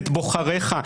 את בוחריך,